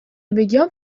بگم